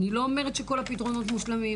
אני לא אומרת שכל הפתרונות מושלמים.